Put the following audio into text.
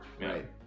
Right